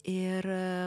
ir a